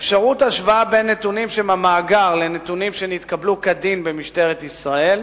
אפשרות השוואה בין נתונים שבמאגר לנתונים שנתקבלו כדין במשטרת ישראל,